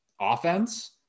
offense